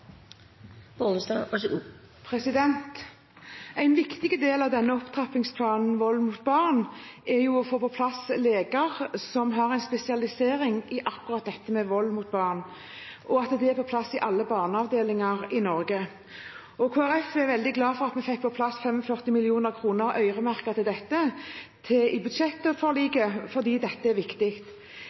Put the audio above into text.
å få på plass leger som har en spesialisering i akkurat i dette med vold mot barn, i alle barneavdelinger i Norge. Kristelig Folkeparti er veldig glad for at vi fikk på plass 45 mill. kr øremerket til dette i budsjettforliket, for dette er viktig.